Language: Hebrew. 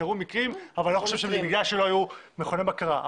קרו מקרים אבל אני לא חושב שזה בגלל שלא היו מכוני בקרה.